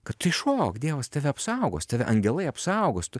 kad tai šok dievas tave apsaugos tave angelai apsaugos tu